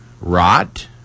rot